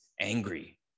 angry